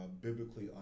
biblically